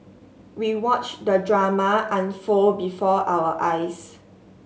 we watched the drama unfold before our eyes